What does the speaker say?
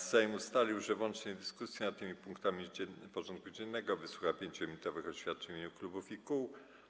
Sejm ustalił, że w łącznej dyskusji nad tymi punktami porządku dziennego wysłucha 5-minutowych oświadczeń w imieniu klubów i kół.